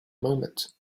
moment